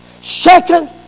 Second